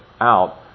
out